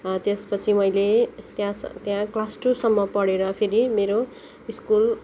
त्यसपछि मैले त्यहाँ त्यहाँ क्लास टूसम्म पढेर फेरि मेरो स्कुल